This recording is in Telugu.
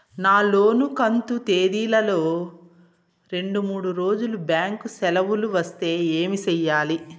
నా లోను కంతు తేదీల లో రెండు మూడు రోజులు బ్యాంకు సెలవులు వస్తే ఏమి సెయ్యాలి?